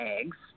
eggs